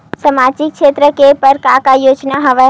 सामाजिक क्षेत्र के बर का का योजना हवय?